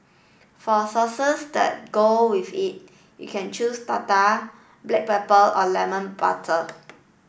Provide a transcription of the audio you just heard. for sauces that go with it you can choose tartar black pepper or lemon butter